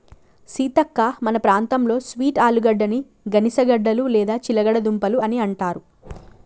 సీతక్క మన ప్రాంతంలో స్వీట్ ఆలుగడ్డని గనిసగడ్డలు లేదా చిలగడ దుంపలు అని అంటారు